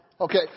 Okay